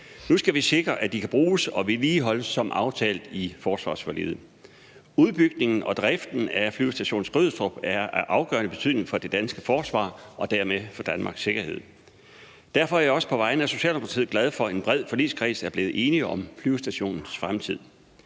Nu skal vi sikre, at de kan bruges og vedligeholdes som aftalt i forsvarsforliget. Udbygningen og driften af Flyvestation Skrydstrup er af afgørende betydning for det danske forsvar og dermed for Danmarks sikkerhed. Derfor er jeg også på vegne af Socialdemokratiet glad for, at en bred forligskreds er blevet enig om flyvestationens fremtid.